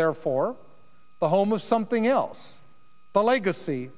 there for a home of something else but legacy